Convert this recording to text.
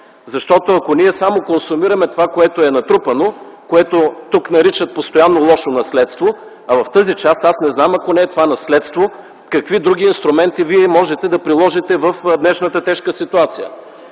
Защото, ако ние само консумираме това, което е натрупано, което тук наричат постоянно лошо наследство, а в тази част аз не знам ако не е това наследство какви други инструменти вие можете да приложите в днешната тежка ситуация.